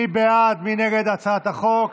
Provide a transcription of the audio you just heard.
מי בעד ומי נגד הצעת החוק?